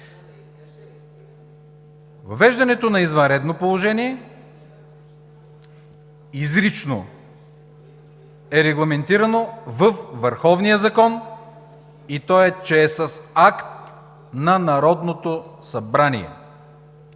Въвеждането на извънредно положение изрично е регламентирано във върховния закон и то е, че е с акт на Народното събрание.